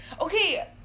Okay